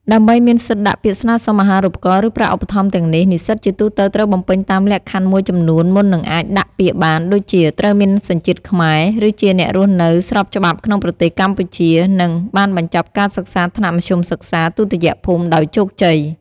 ដើម្បីមានសិទ្ធិដាក់ពាក្យស្នើសុំអាហារូបករណ៍ ឬប្រាក់ឧបត្ថម្ភទាំងនេះ និស្សិតជាទូទៅត្រូវបំពេញតាមលក្ខខណ្ឌមួយចំនួនមុននឹងអាចដាក់ពាក្យបាន ដូចជា ត្រូវមានសញ្ជាតិខ្មែរ ឬជាអ្នករស់នៅស្របច្បាប់ក្នុងប្រទេសកម្ពុជា និង បានបញ្ចប់ការសិក្សាថ្នាក់មធ្យមសិក្សាទុតិយភូមិដោយជោគជ័យ។